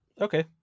Okay